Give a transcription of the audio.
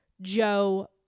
Joe